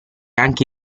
anche